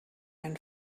and